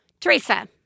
Teresa